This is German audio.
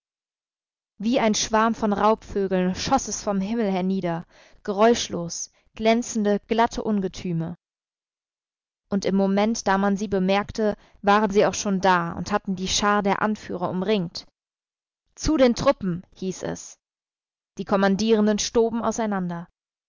wie ein schwarm von raubvögeln schoß es vom himmel hernieder geräuschlos glänzende glatte ungetüme und im moment da man sie bemerkte waren sie auch schon da und hatten die schar der anführer umringt zu den truppen hieß es die kommandierenden stoben auseinander